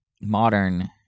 modern